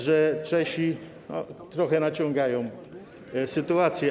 że Czesi trochę naciągają sytuację.